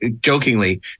jokingly